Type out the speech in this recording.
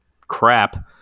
crap